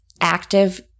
active